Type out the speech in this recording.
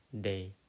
day